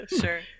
sure